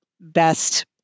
best